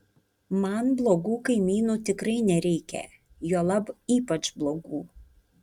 man blogų kaimynų tikrai nereikia juolab ypač blogų